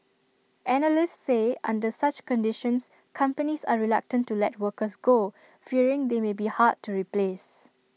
analysts say under such conditions companies are reluctant to let workers go fearing they may be hard to replace